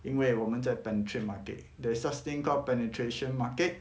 因为我们在 penetrate market there is such thing called penetration market